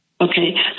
Okay